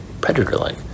Predator-like